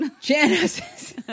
janice